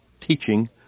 teaching